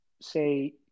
say